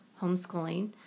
homeschooling